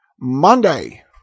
Monday